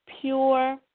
Pure